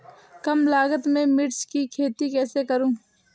कम लागत में मिर्च की खेती कैसे करूँ?